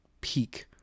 peak